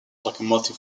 locomotive